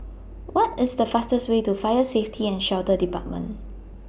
What IS The fastest Way to Fire Safety and Shelter department